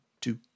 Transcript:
two